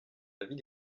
avis